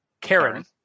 Karen